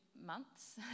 months